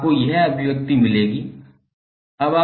आपको यह अभिव्यक्ति मिलेगी